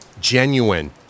genuine